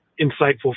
insightful